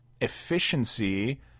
efficiency